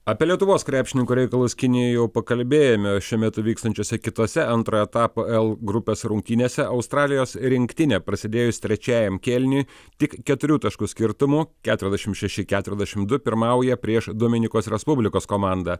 apie lietuvos krepšininkų reikalus kinijoje jau pakalbėjome o šiuo metu vykstančiose kitose antrojo etapo l grupės rungtynėse australijos rinktinė prasidėjus trečiajam kėliniui tik keturių taškų skirtumu keturiasdešim šeši keturiasdešim du pirmauja prieš dominikos respublikos komandą